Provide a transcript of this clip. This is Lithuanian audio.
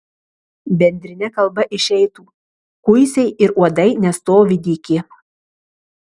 bendrine kalba išeitų kuisiai ir uodai nestovi dyki